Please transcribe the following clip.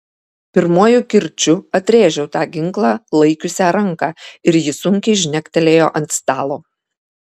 pirmuoju kirčiu atrėžiau tą ginklą laikiusią ranką ir ji sunkiai žnektelėjo ant stalo